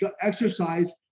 exercise